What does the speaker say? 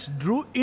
drew